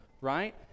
right